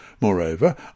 moreover